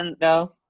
No